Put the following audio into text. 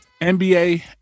NBA